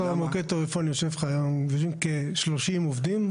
דבר במוקד טלפוני יושבים כ-30 עובדים.